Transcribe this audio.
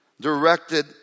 directed